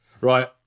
right